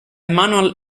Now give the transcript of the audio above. manual